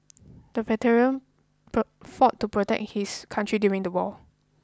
the veteran fought to protect his country during the war